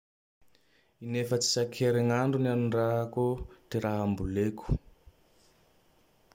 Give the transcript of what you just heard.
In'efatse isak herign'andro ny anondrahako ty raha amboleko.